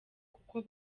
kuko